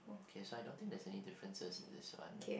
okay so I don't think there's any difference in this one